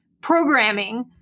programming